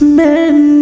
men